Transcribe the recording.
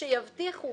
שיבטיחו